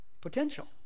potential